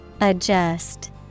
adjust